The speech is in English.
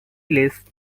list